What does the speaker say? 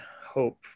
hope